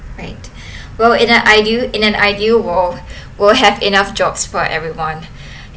right well in an ideal in an ideal world we'll have enough jobs for everyone